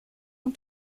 ont